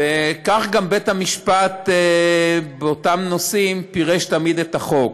וכך גם בית-המשפט באותם נושאים פירש תמיד את החוק.